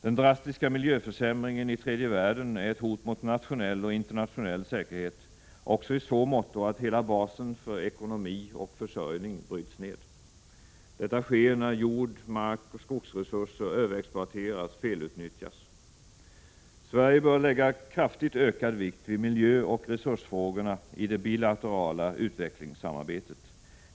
Den drastiska miljöförsämringen i tredje världen är ett hot mot nationell och internationell säkerhet också i så måtto att hela basen för ekonomi och försörjning bryts ned. Detta sker när jord-, markoch skogsresurser överexploateras och felutnyttjas. Sverige bör lägga kraftigt ökad vikt vid miljöoch resursfrågorna i det bilaterala utvecklingssamarbetet.